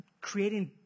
creating